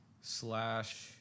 slash